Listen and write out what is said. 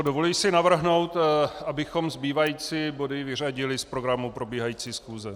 Dovoluji si navrhnout, abychom zbývající body vyřadili z programu probíhající schůze.